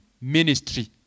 ministry